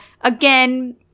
again